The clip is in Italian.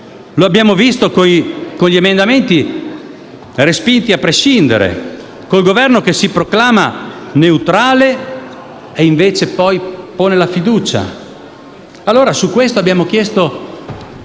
Lo abbiamo visto con gli emendamenti respinti a prescindere, con il Governo che si proclama neutrale e invece poi pone la fiducia. Abbiamo chiesto